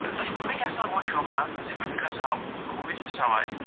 تہٕ أسی میٚتہِ ہسا گوٚو شوکھا زِ بہٕ تہِ کھسہٕ ہہ گُرۍ سَوارِ